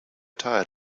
tired